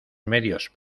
medios